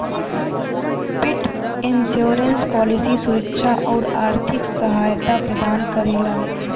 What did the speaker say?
पेट insurance policy सुरक्षा आउर आर्थिक सहायता प्रदान करेला